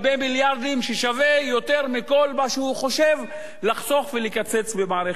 זה שווה יותר מכל מה שהוא חושב לחסוך ולקצץ במערכת הביטחון.